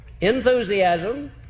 enthusiasm